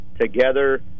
together